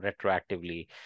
retroactively